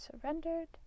surrendered